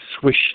swish